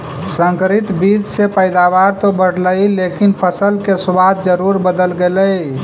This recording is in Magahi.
संकरित बीज से पैदावार तो बढ़लई लेकिन फसल के स्वाद जरूर बदल गेलइ